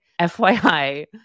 FYI